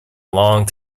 long